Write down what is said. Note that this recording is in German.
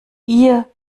ihr